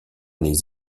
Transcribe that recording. les